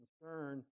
concern